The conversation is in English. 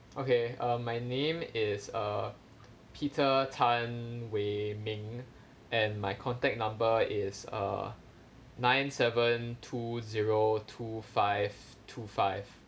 okay uh my name is err peter tan wei ming and my contact number is err nine seven two zero two five two five